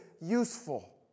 useful